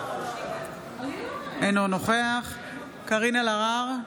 אינו נוכח קארין אלהרר,